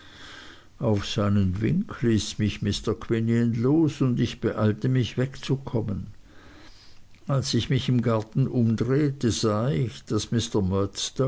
auf seinen wink ließ mich mr quinion los und ich beeilte mich wegzukommen als ich mich im garten umdrehte sah ich daß